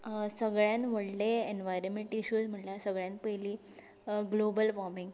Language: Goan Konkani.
सगळ्यान व्हडले एनवायरमँट इशूज म्हणल्यार सगळ्यांत पयली ग्लोबल वॉमींग